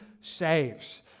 saves